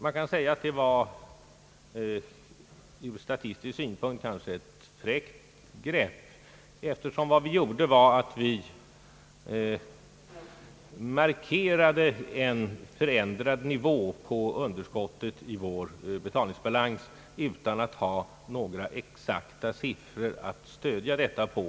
Man kan säga att det ur statistisk synpunkt kanske var ett fräckt grepp, eftersom vad vi gjorde var att vi därmed markerade en förändrad nivå på underskottet i vår betalningsbalans utan att ha några exakta siffror att stödja den åtgärden på.